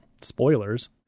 Spoilers